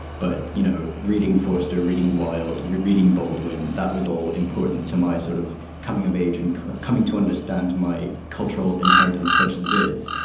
but, you know, reading faust or reading wilde, reading baldwin, that was all important to my sort of coming of age and coming to understand my cultural inheritance such as it is.